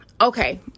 Okay